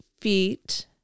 feet